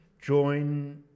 Join